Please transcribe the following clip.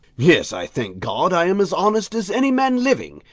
yes, i thank god, i am as honest as any man living,